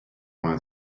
vingt